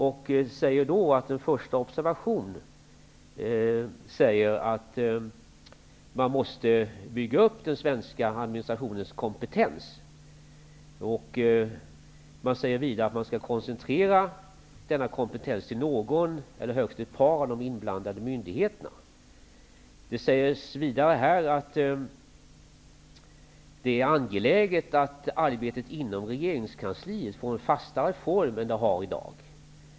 Den säger att en första observation visar att man måste bygga upp den svenska administrationens kompetens. Vidare säger den att man skall koncentrera denna kompentens till någon eller högst ett par av de inblandade myndigheterna. Det sägs vidare att det är angeläget att arbetet inom regeringskansliet får en fastare form än vad det har i dag.